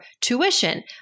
Tuition